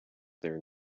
there